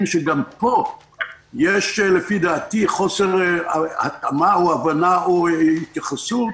שגם פה יש לפי דעתי חוסר התאמה או הבנה או התייחסות,